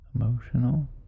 emotional